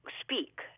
speak